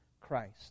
Christ